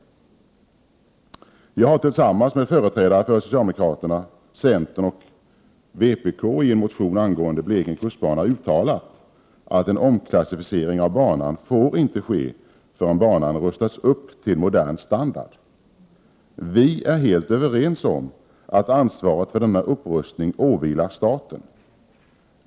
Jag har, tillsammans med företrädare för socialdemokraterna, centern och vpk, i en motion angående Blekinge kustbana uttalat att en omklassificering av banan inte får ske förrän banan rustats upp till modern standard. Vi är helt överens om att ansvaret för denna upprustning åvilar staten.